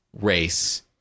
race